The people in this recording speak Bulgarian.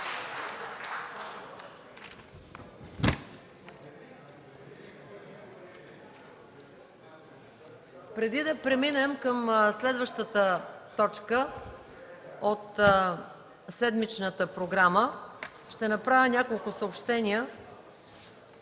Преди да преминем към следващата точка от седмичната програма, ще направя няколко съобщения,